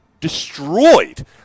destroyed